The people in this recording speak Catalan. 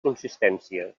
consistència